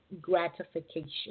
gratification